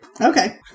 Okay